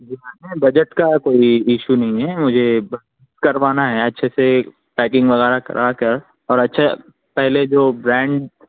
جی میں نے بجٹ کا کوئی ایشو نہیں ہے مجھے کروانا ہے اچھے سے پیکنگ وغیرہ کرا کر اور اچھا پہلے جو برانڈ